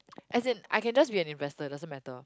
as in I can just be an investor doesn't matter